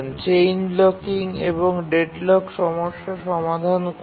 এটি chain blocking এবং deadlock সমস্যার সমাধান করে